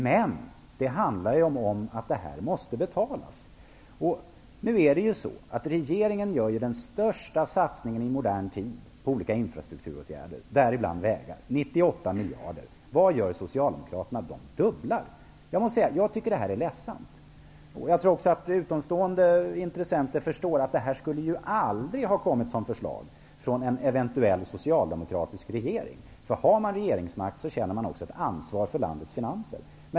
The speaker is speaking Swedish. Men det handlar om att det måste betalas. Regeringen gör den största satsningen i modern tid på olika infrastrukturåtgärder, däribland vägar -- 98 miljarder. Vad gör Socialdemokraterna? De dubblar! Jag tycker att det här är ledsamt. Jag tror också att utomstående intressenter förstår att det aldrig skulle ha kommit som förslag från en eventuell socialdemokratisk regering. Om man har regeringsmakten så känner man också ett ansvar för landets finanser.